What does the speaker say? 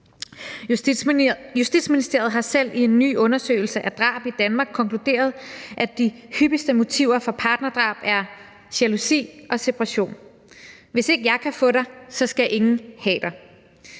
Justitsministeriet har selv i en ny undersøgelse af drab i Danmark konkluderet, at de hyppigste motiver for partnerdrab er jalousi og separation. Hvis ikke jeg kan få dig, skal ingen have dig.